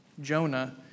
Jonah